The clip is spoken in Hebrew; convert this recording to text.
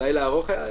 לילה ארוך היה אתמול?